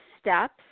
steps